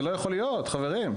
זה לא יכול להיות, חברים.